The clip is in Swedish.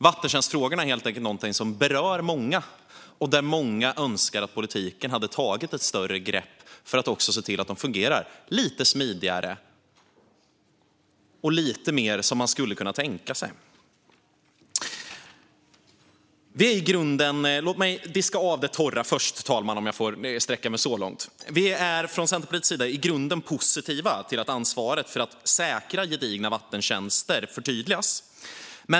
Vattentjänstfrågorna är helt enkelt någonting som berör många och där många önskar att politiken tar ett större grepp för att se till att det fungerar lite smidigare och lite mer som man skulle kunna tänka sig. Låt mig diska av det torra först, fru talman, om jag får sträcka mig så långt. Vi är från Centerpartiets sida i grunden positiva till att ansvaret för att säkra gedigna vattentjänster förtydligas.